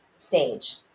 stage